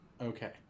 Okay